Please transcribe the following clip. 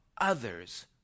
others